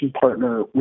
partner